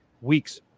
weeks